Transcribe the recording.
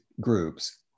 groups